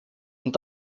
und